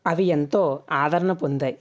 అవి ఎంతో ఆదరణ పొందాయి